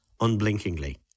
unblinkingly